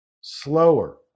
slower